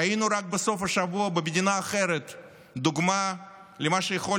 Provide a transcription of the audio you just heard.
ראינו רק בסוף השבוע במדינה אחרת דוגמה למה שיכול